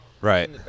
Right